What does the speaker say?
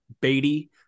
Beatty